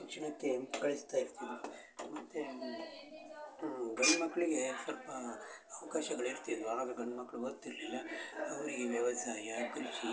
ಶಿಕ್ಷಣಕ್ಕೆ ಕಳಿಸ್ತ ಇರ್ತಿದ್ದರು ಮತ್ತೆ ಗಂಡು ಮಕ್ಕಳಿಗೆ ಸ್ವಲ್ಪ ಅವ್ಕಾಶಗಳು ಇರ್ತಿದ್ದವು ಆಗ ಗಂಡು ಮಕ್ಳು ಓದ್ತಿರಲಿಲ್ಲ ಅವರಿಗೆ ವ್ಯವಸಾಯ ಕೃಷಿ